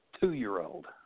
two-year-old